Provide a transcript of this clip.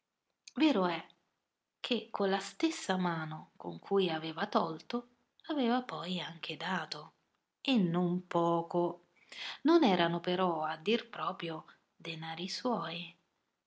vero è che con la stessa mano con cui aveva tolto aveva poi anche dato e non poco non erano però a dir proprio denari suoi